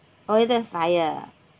or is that fire